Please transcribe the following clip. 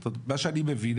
ממה שאני מבין,